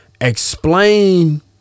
Explain